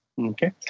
Okay